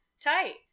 Tight